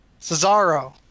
Cesaro